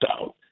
out